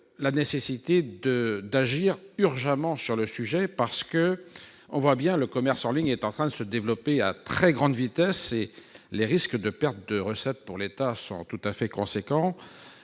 la nécessité d'agir urgemment sur le sujet. En effet, le commerce en ligne est en train de se développer à très grande vitesse et les risques de perte de recettes pour l'État sont très importants.